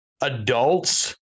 adults